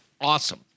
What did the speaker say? awesome